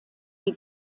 die